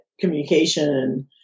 communication